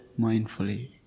mindfully